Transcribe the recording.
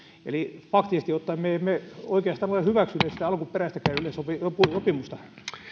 eli faktisesti ottaen me emme oikeastaan ole hyväksyneet sitä alkuperäistäkään yle sopimusta sopimusta